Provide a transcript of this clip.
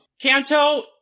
Kanto